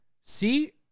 See